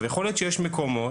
יכול להיות שיש מקומות,